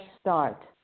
start